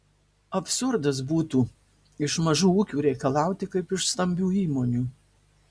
absurdas būtų iš mažų ūkių reikalauti kaip iš stambių įmonių